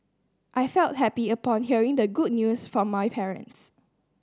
I felt happy upon hearing the good news from my parents